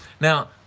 Now